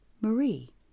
Marie